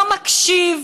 לא מקשיב.